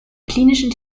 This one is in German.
klinischen